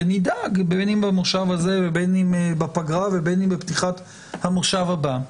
ונדאג בין אם במושב הזה ובין אם בפגרה ובין אם בפתיחת המושב הבא,